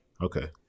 okay